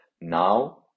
now